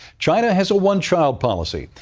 china has a one-child policy,